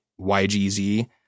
YGZ